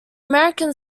american